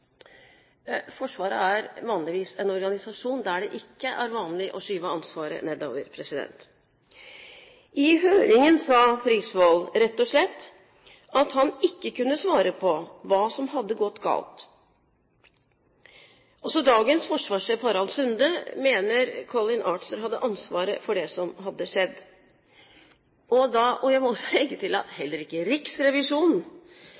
Forsvaret er vanligvis en organisasjon der det ikke er vanlig å skyve ansvaret nedover. I høringen sa Frisvold rett og slett at han ikke kunne svare på hva som hadde gått galt. Også dagens forsvarssjef, Harald Sunde, mener Colin Archer hadde ansvaret for det som hadde skjedd. Jeg må legge til at